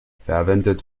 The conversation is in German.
verwendet